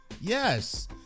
Yes